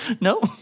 No